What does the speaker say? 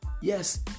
Yes